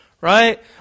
Right